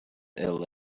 tell